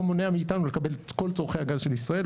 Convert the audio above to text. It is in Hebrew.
מונע מאיתנו לקבל את כל צרכי הגז של ישראל,